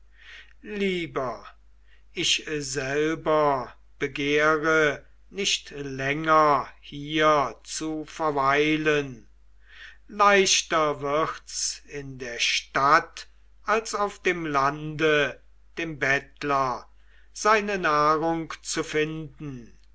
lieber ich selbst begehre nicht länger hier zu verweilen leichter wird's in der stadt als auf dem lande dem bettler seine nahrung zu finden